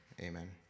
amen